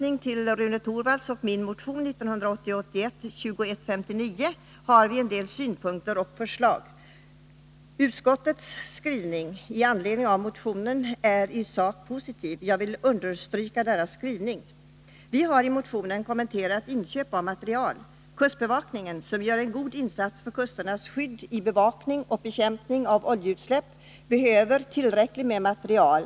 I Rune Torwalds och min motion 1980/81:2159 har vi en del synpunkter och förslag. Utskottets skrivning med anledning av motionen är i sak positiv, och jag vill understryka denna skrivning. Vi har i motionen kommenterat inköp av materiel. Kustbevakningen, som gör en god insats för kusternas skydd i bevakningen och bekämpningen av oljeutsläpp, behöver tillräckligt med materiel.